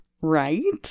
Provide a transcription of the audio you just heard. right